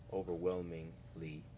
overwhelmingly